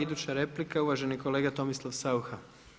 Iduća replika uvaženi kolega Tomislav Saucha.